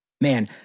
man